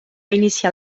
iniciar